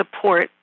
support